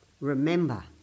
Remember